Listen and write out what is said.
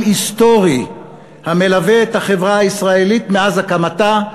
היסטורי המלווה את החברה הישראלית מאז הקמתה,